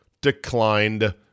declined